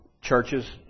churches